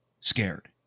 scared